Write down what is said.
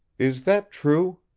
is that true?